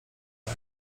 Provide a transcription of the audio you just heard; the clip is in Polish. ewa